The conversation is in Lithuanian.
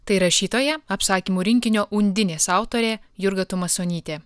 tai rašytoja apsakymų rinkinio undinės autorė jurga tumasonytė